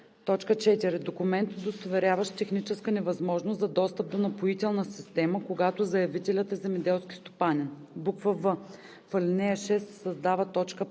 т. 4: „4. документ, удостоверяващ техническа невъзможност за достъп до напоителна система, когато заявителят е земеделски стопанин.“; в) в ал. 6 се създава т. 5: